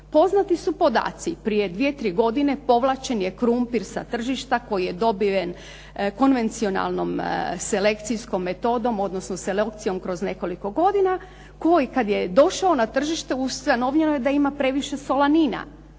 poznati su podaci. Prije dvije, tri godine povlačen je krumpir sa tržišta koji je dobiven konvencionalnom selekcijskom metodom odnosno selekcijom kroz nekoliko godina koji kad je došao na tržište ustanovljeno je da ima previše solanina.